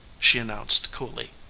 she announced coolly,